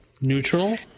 Neutral